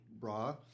bra